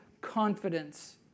confidence